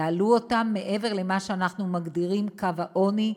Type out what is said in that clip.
יעלו אותם מעבר למה שאנחנו מגדירים קו העוני,